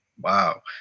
wow